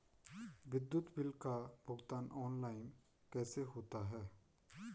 विद्युत बिल का भुगतान ऑनलाइन कैसे होता है?